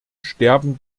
sterben